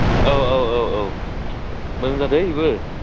औ औ औ औ मोजां जादों बेबो